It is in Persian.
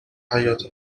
حیاط